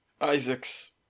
Isaacs